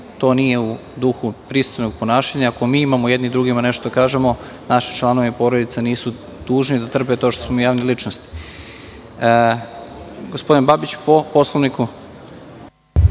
To nije u duhu pristojnog ponašanja. Ako mi imamo jedni drugima nešto da kažemo, naši članovi porodica nisu dužni da trpe to što smo mi javne ličnosti. Gospodin Babić, po Poslovniku.